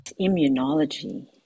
Immunology